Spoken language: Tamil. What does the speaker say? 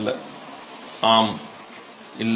மாணவர் ஆம் மாணவர் இல்லை